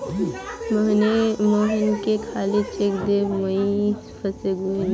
मोहनके खाली चेक दे मुई फसे गेनू